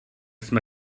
jsme